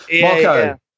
Marco